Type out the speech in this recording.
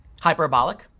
Hyperbolic